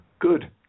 Good